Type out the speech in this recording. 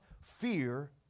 fear